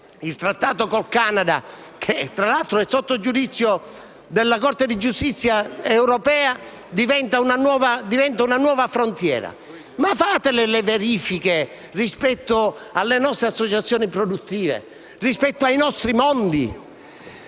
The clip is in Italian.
il Trattato con il Canada, che tra l'altro è sotto giudizio della Corte di giustizia europea, diventa una nuova frontiera. Ma fate piuttosto delle verifiche rispetto alle nostre associazioni produttive e rispetto ai nostri mondi.